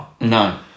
no